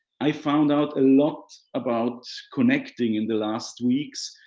i found out a lot about connecting in the last weeks,